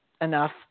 enough